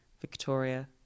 victoria